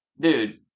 dude